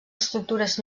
estructures